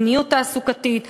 מדיניות תעסוקתית,